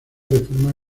reforma